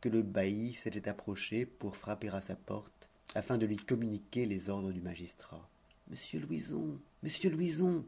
que le bailli s'était approché pour frapper à sa porte afin de lui communiquer les ordres du magistrat monsieur louison monsieur louison